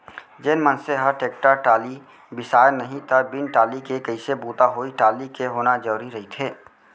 जेन मनसे ह टेक्टर टाली बिसाय नहि त बिन टाली के कइसे बूता होही टाली के होना जरुरी रहिथे